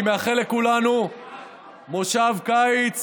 אני מאחל לכולנו מושב קיץ